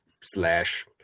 slash